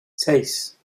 seis